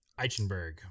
eichenberg